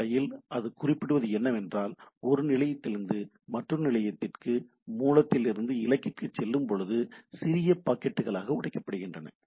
அடிப்படையில் அது குறிப்பிடுவது என்னவென்றால் ஒரு நிலையத்திலிருந்து மற்றொரு நிலையத்திற்கு மூலத்திலிருந்து இலக்கிற்கு செல்லும்போது சிறிய பாக்கெட்டுகளாக உடைக்கப்படுகின்றன